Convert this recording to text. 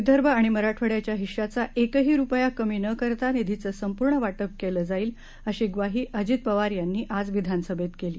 विदर्भ आणि मराठवाड्याच्या हिश्शाचा एकही रुपया कमी न करता निधीचं संपूर्ण वाटप केलं जाईल अशी ग्वाही अजित पवार यांनी आज विधानसभेत केली